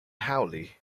hawley